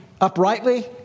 uprightly